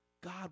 God